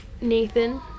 nathan